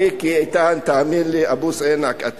מיקי איתן, תאמין לי, "אבוס עינכ".